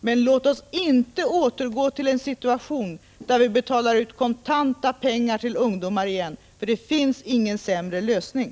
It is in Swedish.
Men låt oss inte återgå till ett system som innebär att kontanter återigen betalas ut till ungdomarna, för det finns ingen sämre lösning.